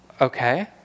Okay